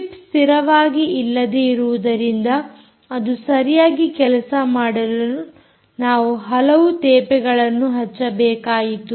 chip ಸ್ಥಿರವಾಗಿ ಇಲ್ಲದೆ ಇರುವುದರಿಂದ ಅದು ಸರಿಯಾಗಿ ಕೆಲಸ ಮಾಡಲು ನಾವು ಹಲವು ತೇಪೆಗಳನ್ನು ಹಚ್ಚಬೇಕಾಯಿತು